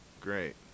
Great